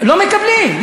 לא מקבלים.